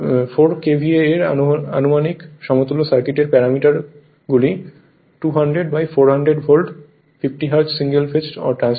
4 KVA এর আনুমানিক সমতুল্য সার্কিটের parameter 200 by 400 volt 50 hertz single phase transformer